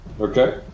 Okay